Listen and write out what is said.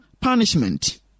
punishment